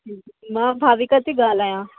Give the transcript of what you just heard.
मां भाविका थी ॻाल्हायां